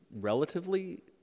relatively